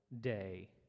day